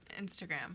Instagram